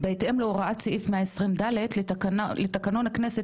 בהתאם להוראת סעיף 120ד' לתקנון הכנסת